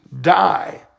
die